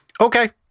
okay